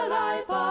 life